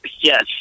yes